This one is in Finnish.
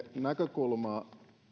näkökulma